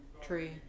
tree